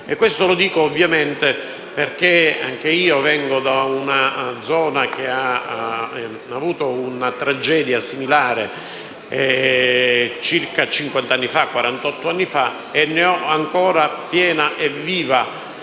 Questo lo dico ovviamente perché anche io vengo da una zona che ha vissuto una tragedia similare, 50 anni fa (48 anni fa), e ne ho ancora piena e viva